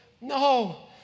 No